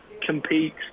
compete